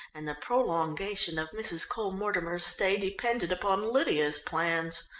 and the prolongation of mrs. cole-mortimer's stay depended upon lydia's plans.